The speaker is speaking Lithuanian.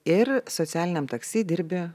ir socialiniam taksi dirbi